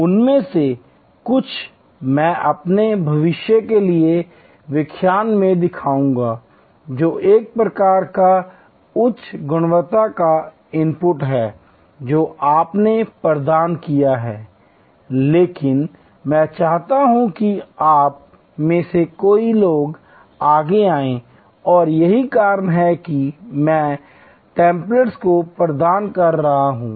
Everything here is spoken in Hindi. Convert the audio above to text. उनमें से कुछ मैं अपने भविष्य के व्याख्यानों में दिखाऊंगा जो एक प्रकार का उच्च गुणवत्ता का इनपुट है जो आपने प्रदान किया है लेकिन मैं चाहता हूं कि आप में से कई लोग आगे आएं और यही कारण है कि मैं इन टेम्पलेट्स को प्रदान कर रहा हूं